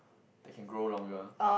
that can grow longer